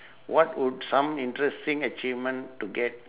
what would some interesting achievement to get